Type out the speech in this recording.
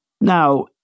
Now